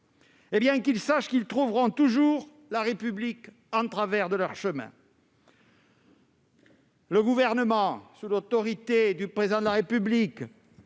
l'ombre. Qu'ils sachent qu'ils trouveront toujours la République en travers de leur chemin ! Le Gouvernement, sous l'autorité du Président de la République,